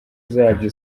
zabyo